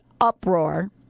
uproar